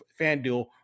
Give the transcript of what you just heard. FanDuel